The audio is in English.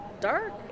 Dark